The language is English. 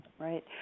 right